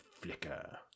flicker